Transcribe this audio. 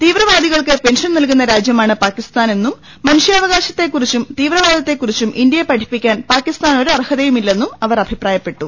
തീവ്രവാദികൾക്ക് pension നൽകുന്ന രാജ്യമാണ് പാക്കിസ്ഥാ നെന്നും മനുഷ്യാവകാശത്തെ കുറിച്ചും തീവ്രവാദത്തെ കുറിച്ചും ഇന്ത്യയെ പഠിപ്പിക്കാൻ പാക്കിസ്ഥാന് ഒരർഹതയും ഇല്ലെന്നും അവർ അഭിപ്രായപ്പെട്ടു